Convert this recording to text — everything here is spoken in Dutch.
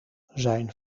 zijn